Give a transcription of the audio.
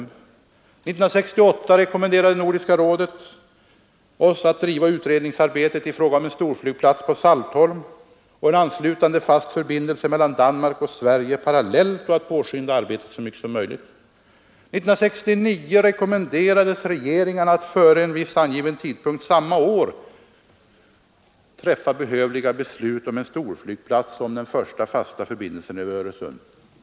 År 1968 rekommenderade Nordiska rådet oss att driva utredningsarbetet i fråga om en storflygplats på Saltholm och en anslutande fast förbindelse mellan Danmark och Sverige parallellt och att påskynda arbetet så mycket som möjligt. År 1969 rekommenderades regeringarna att före en viss angiven tidpunkt samma år träffa behövliga beslut om en storflygplats och om den första fasta förbindelsen över Öresund.